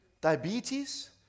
diabetes